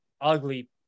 ugly